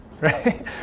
right